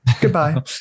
Goodbye